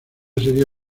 sería